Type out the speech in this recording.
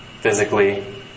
physically